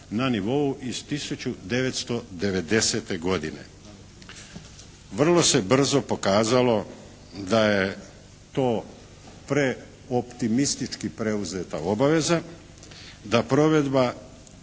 na nivou iz 1990. godine. Vrlo se brzo pokazalo da je to preoptimistički preuzeta obaveza, da provedba